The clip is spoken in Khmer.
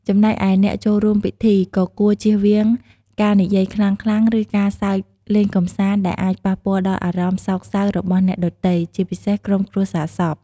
ចំណែកឯអ្នកចូលរួមពិធី ក៍គួរជៀសវាងការនិយាយខ្លាំងៗ ឬការសើចលេងកម្សាន្តដែលអាចប៉ះពាល់ដល់អារម្មណ៍សោកសៅរបស់អ្នកដទៃ ជាពិសេសក្រុមគ្រួសារសព។